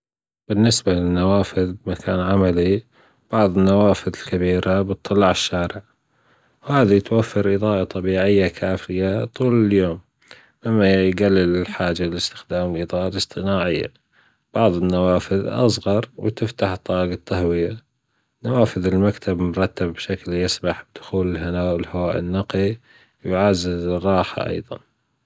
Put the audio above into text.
بالنسبة للنوافذ في مكان عملي بعض النوافذ الكبيرة بتطل على الشارع هذه توفر إضاءة طبيعية كافية طول اليوم مما يجلل الحاجة إلى أستخدام إضاءة اصطناعية بعض النواذ أصغر وبتفتح طاجة تهوية نوافذ المكتب مرتبة بشكل يسمع بدخول الهواء النقي يعزز الراحة أيضًا.